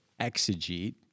exegete